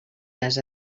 les